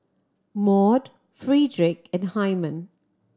Maude Frederic and Hyman